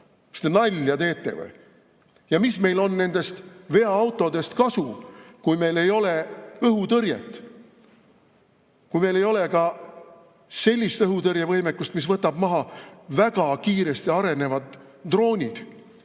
Kas te nalja teete või?! Mis meil on nendest veoautodest kasu, kui meil ei ole õhutõrjet, kui meil ei ole ka sellist õhutõrjevõimekust, mis võtab maha väga kiiresti arenevad droonid,